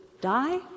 die